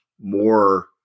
more